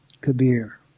Kabir